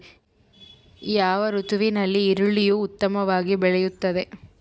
ಯಾವ ಋತುವಿನಲ್ಲಿ ಈರುಳ್ಳಿಯು ಉತ್ತಮವಾಗಿ ಬೆಳೆಯುತ್ತದೆ?